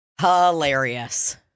Hilarious